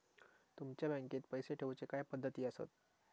तुमच्या बँकेत पैसे ठेऊचे काय पद्धती आसत?